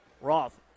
roth